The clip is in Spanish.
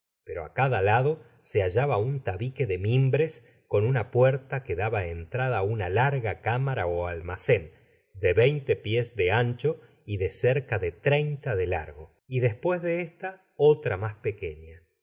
pero á cada lado se hallaba un tabique de mimbres con una puerta que daba entrada á una larga cámara ó almacen de veinte pies de ancho y de cerca de treinta de largo y despues de esta otra mas pequeña